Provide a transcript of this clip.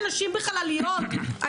גם אם תנחית אנשים בחלליות,